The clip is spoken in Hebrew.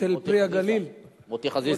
של "פרי הגליל" מוטי חזיזה.